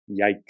Yikes